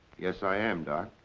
yes, i am, doc.